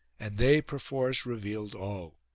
and they, perforce, revealed all.